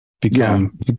become